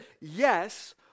yes